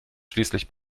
schließlich